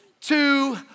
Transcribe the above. two